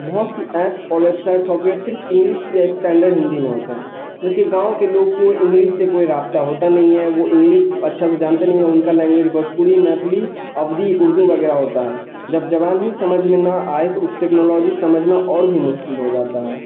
بہت سی ایپس اور ویب سائٹ سافٹویئر صرف انگلس یا اسٹینڈرڈ ہندی میں ہوتے ہیں جب کہ گاؤں کے لوگ کو انگلش سے کوئی رابطہ ہوتا نہیں ہے وہ انگلس اچھا سے جانتے نہیں ہے ان کا لینگویج بجپوری میتھلی اودھی اردو وغیرہ ہوتا ہے جب زبان ہی سمجھ میں نہ آئے تو اس ٹیکنالوجی سمجھنا اور بھی مشکل ہو جاتا ہے